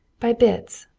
by bits,